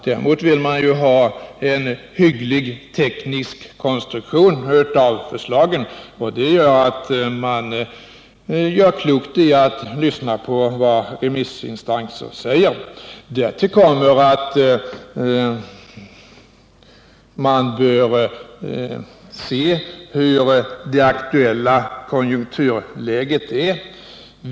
Däremot vill man ha en hygglig teknisk konstruktion av de föreslagna skatterna, och därför gör man klokt i att lyssna på vad remissinstanserna säger. Därtill kommer att man bör ta hänsyn till det aktuella konjunkturläget.